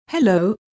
Hello